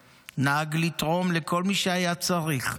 אהב מסיבות וטכנו, נהג לתרום לכל מי שהיה צריך.